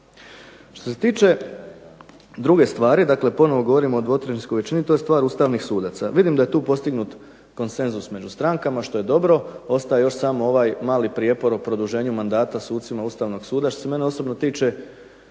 Što se tiče druge stvari, dakle ponovo govorim o dvotrećinskoj većini, to je stvar ustavnih sudaca. Vidim da je tu postignut konsenzus među strankama, što je dobro, ostaje još samo ovaj mali prijepor o produženju mandata sucima Ustavnog suda. Što se mene osobno tiče